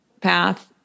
path